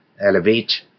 Elevate